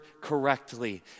correctly